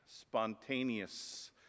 spontaneous